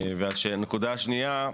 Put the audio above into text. והנקודה השנייה,